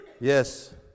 Yes